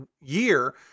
year